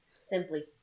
Simply